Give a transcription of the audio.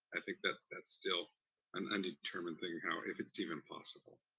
i think that's that's still an undetermined thing now, if it's even possible